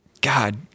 God